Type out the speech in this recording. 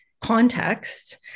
context